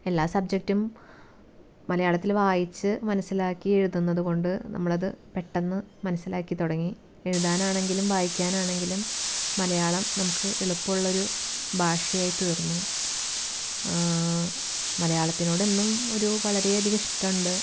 എല്ലാ സബ്ജക്റ്റും മലയാളത്തിൽ വായിച്ച് മനസ്സിലാക്കി എഴുതുന്നതു കൊണ്ട് നമ്മൾ അത് പെട്ടെന്ന് മനസ്സിലാക്കി തുടങ്ങി എഴുതാനാണെങ്കിലും വായിക്കാനാണെങ്കിലും മലയാളം നമുക്ക് എളുപ്പമുള്ളൊരു ഭാഷയായി തീർന്നു മലയാളത്തിനോടെന്നും ഒരു വളരെയധികം ഇഷ്ടമുണ്ട്